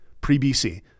pre-BC